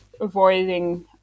avoiding